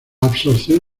absorción